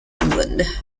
england